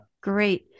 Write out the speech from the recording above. Great